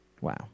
Wow